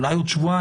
אולי עוד שבועיים.